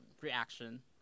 reaction